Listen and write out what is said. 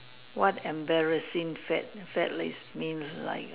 what embarrassing fad fad is means like A